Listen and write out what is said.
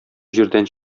җирдән